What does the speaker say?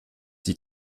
die